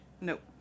Nope